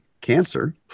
cancer